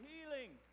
healing